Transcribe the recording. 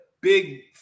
big